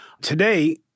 today